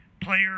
player